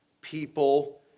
people